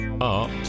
Art